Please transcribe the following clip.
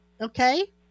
okay